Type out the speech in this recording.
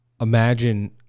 imagine